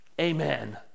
Amen